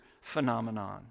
phenomenon